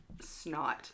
snot